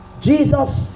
Jesus